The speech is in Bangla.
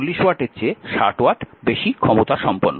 কারণ 40 ওয়াটের চেয়ে 60 ওয়াট বেশি ক্ষমতাসম্পন্ন